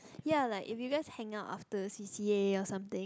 ya like if you guys hang out after C_C_A or something